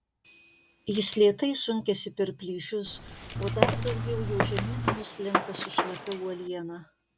jis lėtai sunkiasi per plyšius o dar daugiau jo žemyn nuslenka su šlapia uoliena